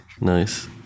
Nice